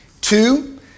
Two